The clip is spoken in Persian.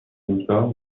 فرودگاه